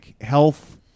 health